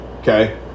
Okay